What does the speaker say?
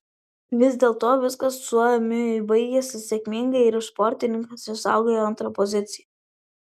vis dėlto viskas suomiui baigėsi sėkmingai ir sportininkas išsaugojo antrą poziciją